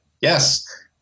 Yes